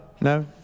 No